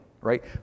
right